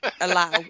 allow